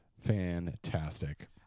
Fantastic